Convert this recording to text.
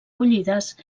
bullides